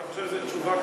אתה חושב שזו תשובה,